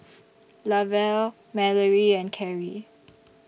Lavelle Mallory and Kerry